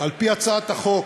על-פי הצעת החוק,